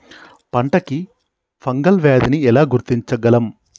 పంట కి ఫంగల్ వ్యాధి ని ఎలా గుర్తించగలం?